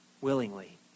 willingly